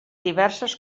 diverses